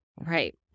right